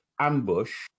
ambush